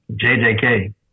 JJK